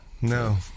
No